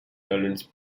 tolerance